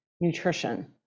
nutrition